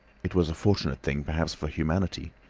it was a fortunate thing, perhaps, for humanity,